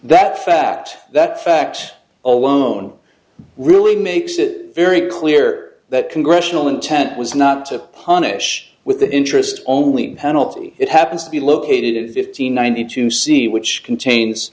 that fact that fact alone really makes it very clear that congressional intent was not to punish with the interest only penalty it happens to be located in fifteen ninety two c which contains